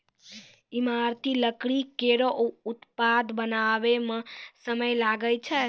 ईमारती लकड़ी केरो उत्पाद बनावै म समय लागै छै